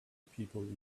people